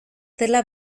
dela